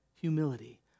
humility